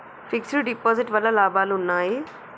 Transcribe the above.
Fix డ్ deposit వల్ల లాభాలు ఉన్నాయి?